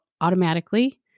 automatically